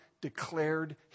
declared